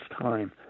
time